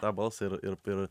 tą balsą ir ir ir